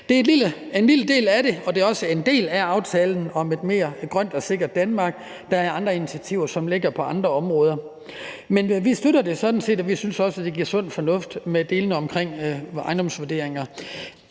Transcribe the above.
Det er en lille del af det, og det er også en del af aftalen om et mere grønt og sikkert Danmark. Der er andre initiativer, som ligger på andre områder. Men vi støtter det sådan set, og vi synes også, at det er sund fornuft med delene omkring ejendomsvurderinger.